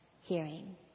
hearing